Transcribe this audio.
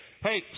Hey